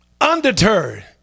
Undeterred